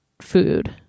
food